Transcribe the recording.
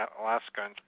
Alaska